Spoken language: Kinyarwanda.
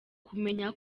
kumenya